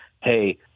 hey